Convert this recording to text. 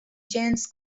gents